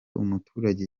umuturage